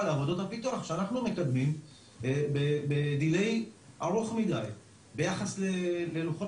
לעבודות הפיתוח שאנחנו מקדמים בdelay ארוך מדיי ביחס ללוחות